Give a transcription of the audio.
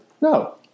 no